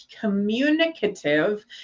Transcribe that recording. communicative